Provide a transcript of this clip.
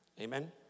Amen